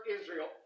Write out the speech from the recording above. Israel